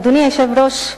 אדוני היושב-ראש,